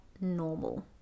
normal